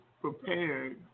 prepared